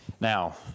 now